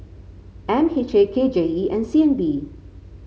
M H A K J E and C N B